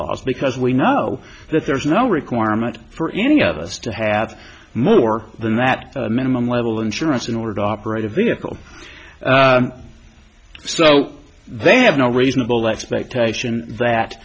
laws because we know that there is no requirement for any of us to have more than that minimum level insurance in order to operate a vehicle so they have no reasonable expectation that